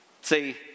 See